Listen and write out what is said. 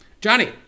Johnny